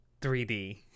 3D